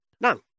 No